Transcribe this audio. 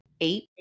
eight